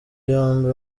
yombi